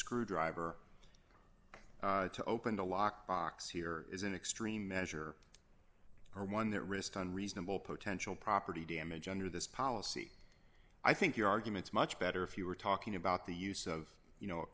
screwdriver to open the lock box here is an extreme measure or one that risked on reasonable potential property damage under this policy i think your arguments much better if you we're talking about the use of you know a